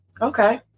Okay